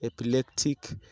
epileptic